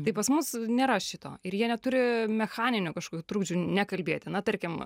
tai pas mus nėra šito ir jie neturi mechaninių kažkokių trukdžių nekalbėti na tarkim